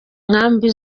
nkambi